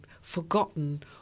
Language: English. forgotten